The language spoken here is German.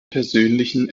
persönlichen